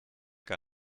gar